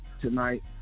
tonight